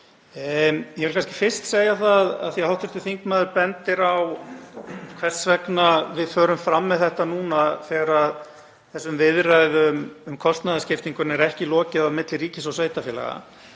Ég vil kannski fyrst segja, af því að hv. þingmaður bendir á hvers vegna við förum fram með þetta núna þegar viðræðum um kostnaðarskiptinguna er ekki lokið á milli ríkis og sveitarfélaga,